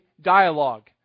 dialogue